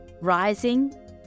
rising